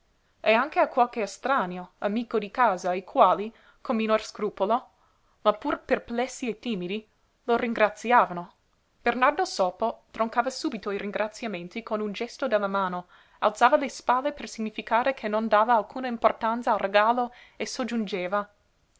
e anche a qualche estraneo amico di casa i quali con minor scrupolo ma pur perplessi e timidi lo ringraziavano bernardo sopo troncava subito i ringraziamenti con un gesto della mano alzava le spalle per significare che non dava alcuna importanza al regalo e soggiungeva